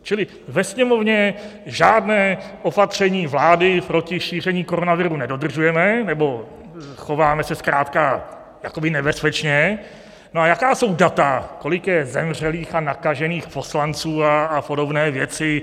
Čili ve Sněmovně žádné opatření vlády proti šíření koronaviru nedodržujeme, nebo chováme se zkrátka jakoby nebezpečně no a jaká jsou data, kolik je zemřelých a nakažených poslanců a podobné věci?